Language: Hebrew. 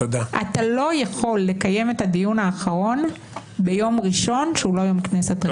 אתה לא יכול לקיים את הדיון האחרון ביום ראשון שהוא לא יום כנסת רגיל.